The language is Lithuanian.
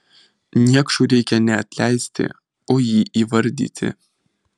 niekšui reikia ne atleisti o jį įvardyti